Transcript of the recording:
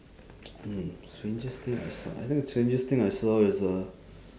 mm strangest thing I saw I think strangest thing I saw is uh